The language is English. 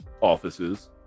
offices